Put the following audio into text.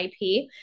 IP